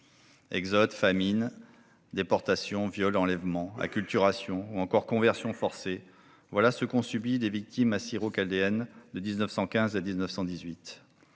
Exodes, famines, déportations, viols, enlèvements, acculturation ou encore conversions forcées, voilà ce qu'ont subi les victimes assyro-chaldéennes de 1915 à 1918.